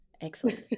Excellent